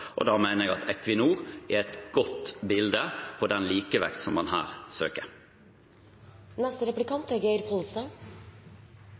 Da mener jeg at «Equinor» er et godt bilde på den likevekten som man her